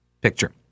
picture